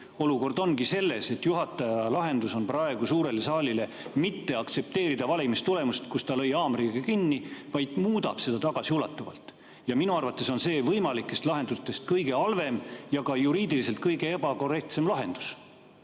Olukord ongi see, et juhataja lahendus on praegu suures saalis mitte aktsepteerida valimistulemust, mille ta haamriga lüües kinnitas, vaid muudab seda tagasiulatuvalt. Minu arvates on see võimalikest lahendustest kõige halvem ja ka juriidiliselt kõige ebakorrektsem lahendus.